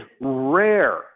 rare